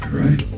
right